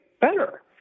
better